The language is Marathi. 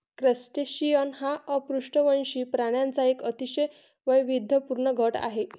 क्रस्टेशियन हा अपृष्ठवंशी प्राण्यांचा एक अतिशय वैविध्यपूर्ण गट आहे